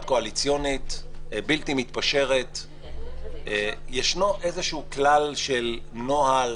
קואליציונית בלתי מתפשרת ישנו איזה כלל של נוהל,